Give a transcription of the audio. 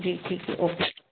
जी ठीक है ओके